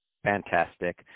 Fantastic